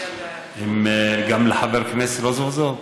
גם לחבר הכנסת רזבוזוב?